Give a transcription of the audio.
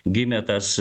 gimė tas